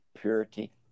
purity